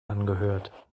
angehört